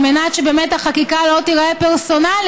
על מנת שבאמת החקיקה לא תיראה פרסונלית,